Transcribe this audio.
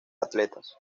atletas